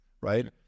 right